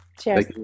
Cheers